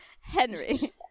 Henry